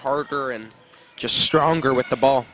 harder and just stronger with the ball